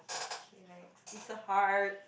okay next it's a heart